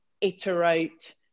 iterate